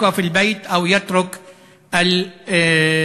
הזה להישאר בבית או לעזוב את בית-הספר.